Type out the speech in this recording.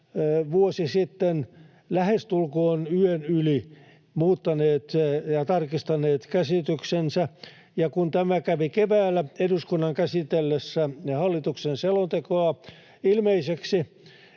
vuosi sitten lähestulkoon yön yli muuttaneet ja tarkistaneet käsityksensä. Kun tämä kävi keväällä eduskunnan käsitellessä hallituksen selontekoa ilmeiseksi,